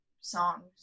songs